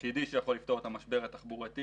היחידי שיכול לפתור את המשבר התחבורתי.